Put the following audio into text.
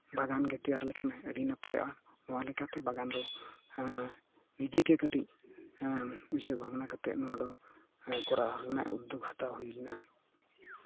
ᱵᱟᱜᱟᱱ ᱜᱮ ᱛᱮᱭᱟᱨ ᱞᱮᱠᱷᱟᱱ ᱟᱹᱰᱤ ᱱᱟᱯᱟᱭᱚᱜᱼᱟ ᱱᱚᱣᱟ ᱞᱮᱠᱟᱛᱮ ᱵᱟᱜᱟᱱ ᱫᱚ ᱱᱤᱡᱮᱜᱮ ᱠᱟᱹᱴᱤᱡ ᱩᱭᱦᱟᱹᱨ ᱵᱷᱟᱵᱽᱱᱟ ᱠᱟᱛᱮᱜ ᱱᱚᱣᱟ ᱫᱚ ᱠᱚᱨᱟᱣ ᱨᱮᱱᱟᱜ ᱩᱫᱽᱫᱳᱜᱽ ᱦᱟᱛᱟᱣ ᱦᱩᱭ ᱞᱮᱱᱟ